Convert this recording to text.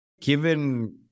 Given